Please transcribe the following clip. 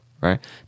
right